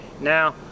now